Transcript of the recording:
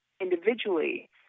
individually